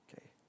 okay